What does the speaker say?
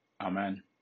amen